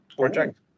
project